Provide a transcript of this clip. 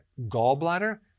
gallbladder